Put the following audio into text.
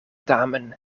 tamen